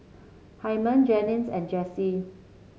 Hyman Jennings and Jessee